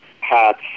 Hats